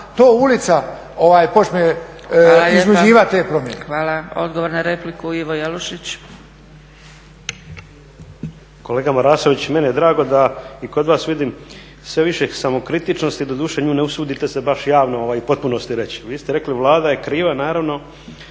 Dragica (SDP)** Hvala lijepa. Odgovor na repliku, Ivo Jelušić. **Jelušić, Ivo (SDP)** Kolega Marasović meni je drago da i kod vas vidim sve više samokritičnosti, doduše nju ne usudite se baš javno i u potpunosti reći. Vi ste rekli Vlada je kriva, naravno